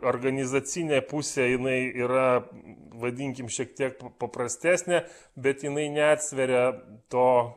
organizacinė pusė jinai yra vadinkim šiek tiek paprastesnė bet jinai neatsveria to